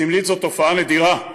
וסמלית זו תופעה נדירה,